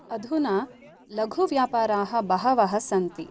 अधुना लघुव्यापाराः बहवः सन्ति